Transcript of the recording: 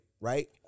right